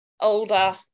older